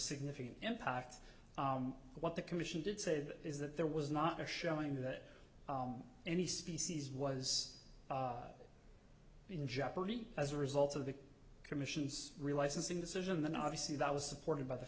significant impact what the commission did say is that there was not a showing that any species was in jeopardy as a result of the commission's relicensing decision than obviously that was supported by the